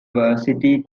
varsity